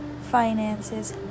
finances